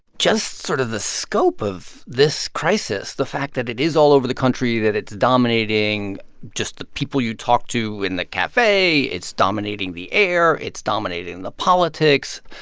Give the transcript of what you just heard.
just sort of the scope of this crisis, the fact that it is all over the country, that it's dominating just the people you talk to in the cafe, it's dominating the air, it's dominating the politics,